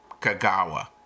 Kagawa